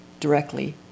directly